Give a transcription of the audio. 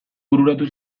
bururatu